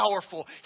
powerful